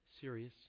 serious